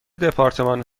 دپارتمان